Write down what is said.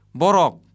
borok